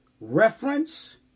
Reference